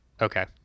Okay